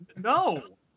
No